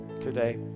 today